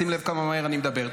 שים לב כמה מהר אני מדבר.